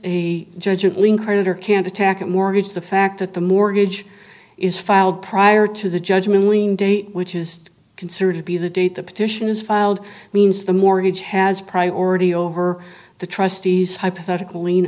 a judge it lean creditor can't attack mortgage the fact that the mortgage is filed prior to the judgment going date which is considered to be the date the petition is filed means the mortgage has priority over the trustees hypothetical l